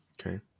Okay